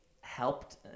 helped